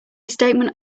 statement